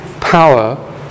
power